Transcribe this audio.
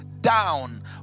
down